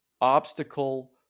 obstacle